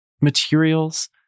materials